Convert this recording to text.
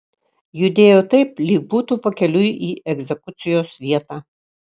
judėjo taip lyg būtų pakeliui į egzekucijos vietą